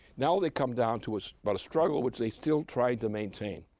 now, they come down to a so but struggle which they still try to maintain,